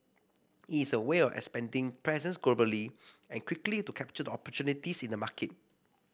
it's a way of expanding presence globally and quickly to capture opportunities in the market